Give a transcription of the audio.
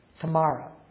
tomorrow